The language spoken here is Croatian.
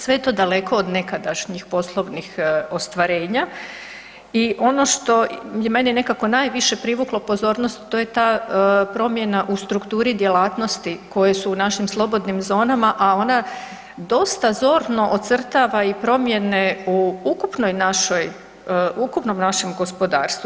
Sve je to daleko od nekadašnjih poslovnih ostvarenja i ono što je mene nekako najviše privuklo pozornost, to je ta promjena u strukturi djelatnosti koje su našim slobodnim zonama a ona dosta zorno ocrtava i promjene u ukupnom našem gospodarstvu.